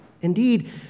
Indeed